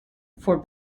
for